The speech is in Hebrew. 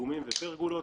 פיגומים ופרגולות,